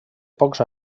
pocs